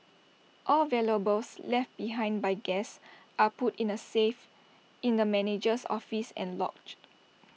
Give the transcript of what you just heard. all valuables left behind by guests are put in A safe in the manager's office and logged